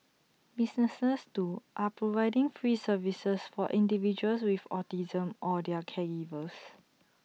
businesses too are providing free services for individuals with autism or their caregivers